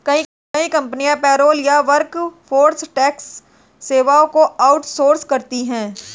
कई कंपनियां पेरोल या वर्कफोर्स टैक्स सेवाओं को आउट सोर्स करती है